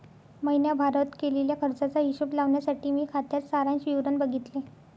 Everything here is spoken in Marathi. महीण्याभारत केलेल्या खर्चाचा हिशोब लावण्यासाठी मी खात्याच सारांश विवरण बघितले